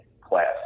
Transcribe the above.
class